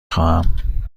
خواهم